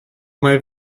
mai